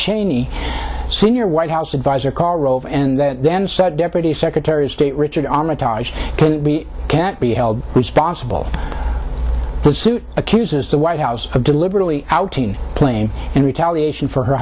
cheney senior white house adviser karl rove and then said deputy secretary of state richard armitage can't be held responsible the suit accuses the white house of deliberately outing a plane in retaliation for her